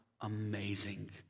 amazing